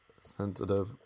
Sensitive